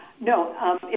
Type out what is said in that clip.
No